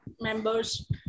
members